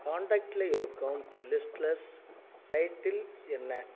கான்டாக்ட்டில் இருக்கும் லிஸ்ட்லஸ் டைட்டில்ஸ் என்ன